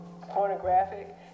pornographic